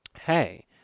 hey